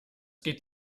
geht